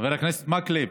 חבר הכנסת מקלב,